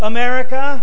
America